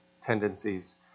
tendencies